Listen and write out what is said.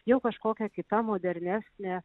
jau kažkokia kita modernesne